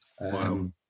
Wow